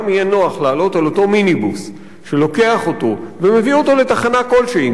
יהיה נוח לעלות על אותו מיניבוס שלוקח אותו ומביא אותו לתחנה כלשהי,